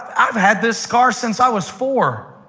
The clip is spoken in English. i've had this scar since i was four.